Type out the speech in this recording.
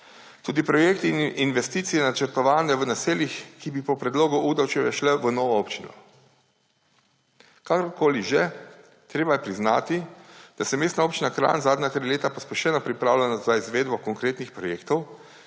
Tudi projekti in investicije, načrtovane v naseljih, ki bi po predlogu Udovčeve šle v novo občino. Karkoli že, treba je priznati, da se Mestna občina Kranj zadnja tri leta pospešeno pripravlja za izvedbo konkretnih projektov,